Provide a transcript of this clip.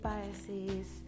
Biases